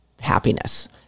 happiness